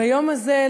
ביום הזה,